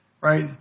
right